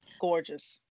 Gorgeous